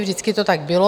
Vždycky to tak bylo.